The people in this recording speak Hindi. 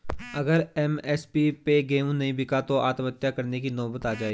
अगर एम.एस.पी पे गेंहू नहीं बिका तो आत्महत्या करने की नौबत आ जाएगी